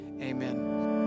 Amen